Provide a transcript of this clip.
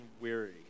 weary